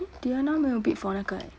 diana 没有 bid for 那个 eh